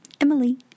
emily